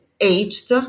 aged